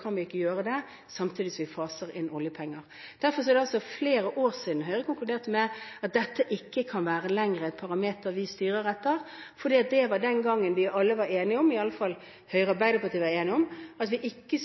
kan vi ikke gjøre det samtidig som vi faser inn oljepenger. Det er altså flere år siden Høyre konkluderte med at dette ikke lenger kan være et parameter som vi styrer etter. For det var den gangen da vi alle var enige om– iallfall Høyre og Arbeiderpartiet var enige om – at vi ikke